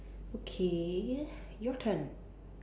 okay your turn